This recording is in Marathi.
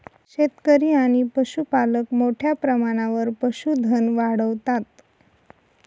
शेतकरी आणि पशुपालक मोठ्या प्रमाणावर पशुधन वाढवतात